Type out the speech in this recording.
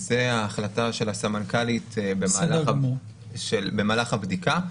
זו ההחלטה של הסמנכ"לית במהלך הבדיקה.